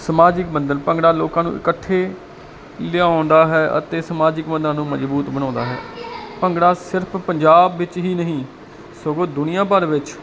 ਸਮਾਜਿਕ ਬੰਧਨ ਭੰਗੜਾ ਲੋਕਾਂ ਨੂੰ ਇਕੱਠੇ ਲਿਆਉਣ ਦਾ ਹੈ ਅਤੇ ਸਮਾਜਿਕ ਬੰਧਨਾ ਨੂੰ ਮਜਬੂਤ ਬਣਾਉਂਦਾ ਹੈ ਭੰਗੜਾ ਸਿਰਫ ਪੰਜਾਬ ਵਿੱਚ ਹੀ ਨਹੀਂ ਸਗੋਂ ਦੁਨੀਆਂ ਭਰ ਵਿੱਚ